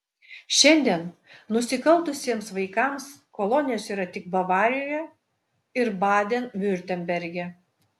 šiandien nusikaltusiems vaikams kolonijos yra tik bavarijoje ir baden viurtemberge